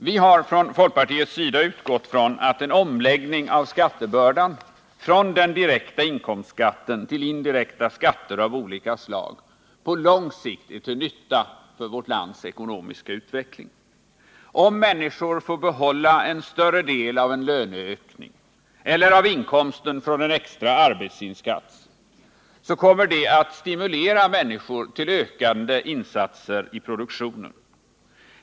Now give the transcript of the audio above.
Vi har från folkpartiets sida utgått från att en omläggning av skattebördan från den direkta inkomstskatten till indirekta skatter av olika slag på lång sikt är till nytta för vårt lands ekonomiska utveckling. Om människor får behålla en större del av en löneökning eller av inkomsten från en extra arbetsinsats så kommer det att stimulera människor till ökade insatser i produktionen.